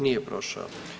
Nije prošao.